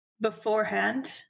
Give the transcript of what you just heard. beforehand